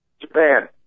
Japan